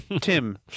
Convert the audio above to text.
Tim